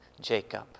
Jacob